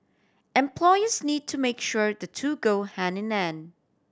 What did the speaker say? employers need to make sure the two go hand in hand